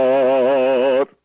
Lord